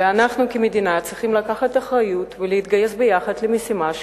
ואנחנו כמדינה צריכים לקחת אחריות ולהתגייס יחד למשימה.